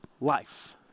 life